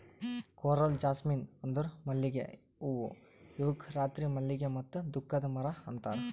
coral jasmine ಅಂದುರ್ ಮಲ್ಲಿಗೆ ಹೂವು ಇವುಕ್ ರಾತ್ರಿ ಮಲ್ಲಿಗೆ ಮತ್ತ ದುಃಖದ ಮರ ಅಂತಾರ್